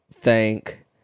thank